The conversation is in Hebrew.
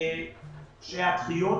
שהדחיות